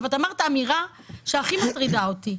את אמרת אמירה שמאוד מטרידה אותי.